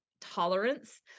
tolerance